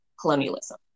colonialism